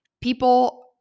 People –